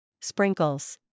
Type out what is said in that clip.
Sprinkles